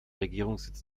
regierungssitz